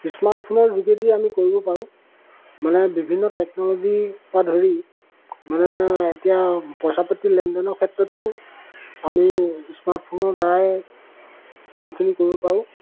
স্মাৰ্টফোনৰ যোগেদি আমি কৰিব পাৰোঁ মানে বিভিন্ন টেকন'লজি পা ধৰি মানে এতিয়া পইচা পাতি লেনদেনৰ ক্ষেত্ৰতো আমি স্মাৰ্টফোনৰ দ্বাৰাই কামখিনি কৰিব পাৰোঁ